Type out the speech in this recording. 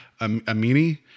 Amini